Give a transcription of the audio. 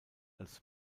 als